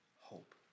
hope